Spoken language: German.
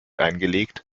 eingelegt